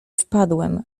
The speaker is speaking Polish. wpadłem